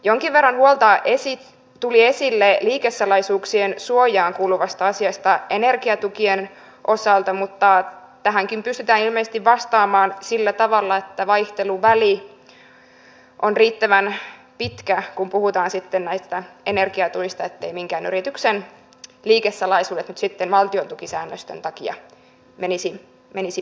jonkin verran huolta tuli esille liikesalaisuuksien suojaan kuuluvasta asiasta energiatukien osalta mutta tähänkin pystytään ilmeisesti vastaamaan sillä tavalla että vaihteluväli on riittävän pitkä kun puhutaan näistä energiatuista etteivät minkään yrityksen liikesalaisuudet nyt sitten valtiontukisäännöstön takia menisi pipariksi